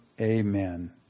Amen